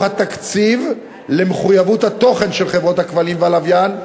התקציב למחויבות ‏התוכן של חברות הכבלים והלוויין,